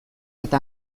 eta